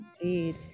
Indeed